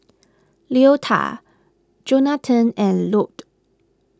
Leota Jonatan and Lorne